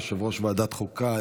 יושב-ראש ועדת החוקה,